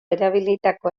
erabilitako